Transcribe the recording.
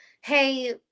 Hey